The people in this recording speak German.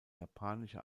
japanische